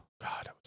God